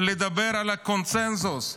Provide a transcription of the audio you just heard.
לדבר על הקונסנזוס,